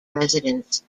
residents